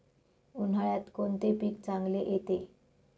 उन्हाळ्यात कोणते पीक चांगले येते?